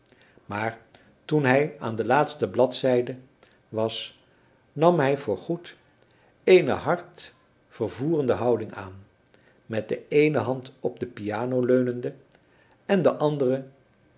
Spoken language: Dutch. maar toen hij aan de laatste bladzijde was nam hij voor goed eene hartvervoerende houding aan met de eene hand op de piano leunende en de andere